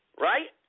Right